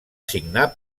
signar